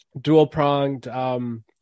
dual-pronged